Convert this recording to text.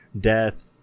death